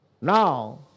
Now